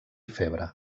febre